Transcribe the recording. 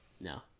No